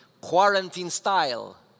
quarantine-style